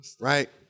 right